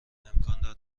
امکان